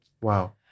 Wow